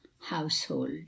household